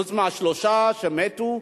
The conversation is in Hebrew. חוץ מהשלושה שמתו,